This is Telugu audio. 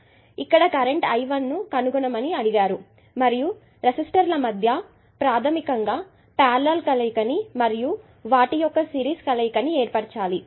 కాబట్టి ఇక్కడ కరెంటు I1 కనుగొనమని అడిగారు మరియు రెసిస్టర్ల మధ్య ప్రాధమికంగా మీరు ప్యారెలెల్ కలయిక ని మరియు వాటి యొక్క సిరీస్ కలయిక ని ఏర్పరచాలి